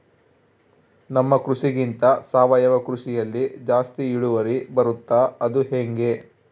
ನಮ್ಮ ಕೃಷಿಗಿಂತ ಸಾವಯವ ಕೃಷಿಯಲ್ಲಿ ಜಾಸ್ತಿ ಇಳುವರಿ ಬರುತ್ತಾ ಅದು ಹೆಂಗೆ?